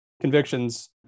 convictions